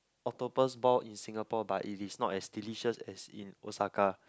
octopus ball in Singapore but it is not as delicious as in Osaka